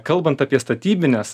kalbant apie statybines